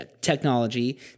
technology